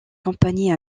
compagnie